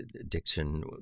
addiction